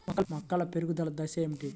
మొక్కల పెరుగుదల దశలు ఏమిటి?